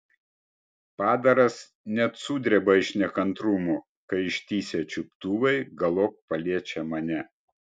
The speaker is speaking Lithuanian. padaras net sudreba iš nekantrumo kai ištįsę čiuptuvai galop paliečia mane